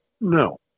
No